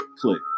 Click